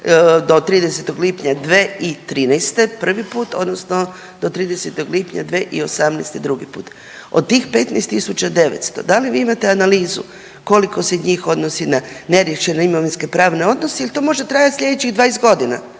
do 30. lipnja 2013. prvi put odnosno do 30. lipnja 2018. drugi put. Od tih 15.900 da li vi imate analizu koliko se njih odnosi na neriješene imovinske pravne godine ili to može trajati slijedećih 20 godina